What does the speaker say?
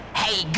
hey